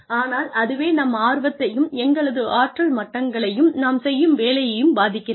ஆனால் அதுவே நம் ஆர்வத்தையும் எங்களது ஆற்றல் மட்டங்களையும் நாம் செய்யும் வேலையையும் பாதிக்கிறது